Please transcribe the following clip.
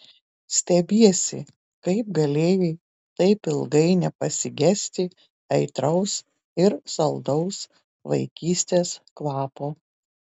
stebiesi kaip galėjai taip ilgai nepasigesti aitraus ir saldaus vaikystės kvapo